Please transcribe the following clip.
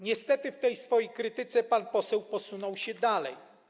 Niestety w tej swojej krytyce pan poseł posunął się dalej.